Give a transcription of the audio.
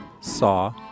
saw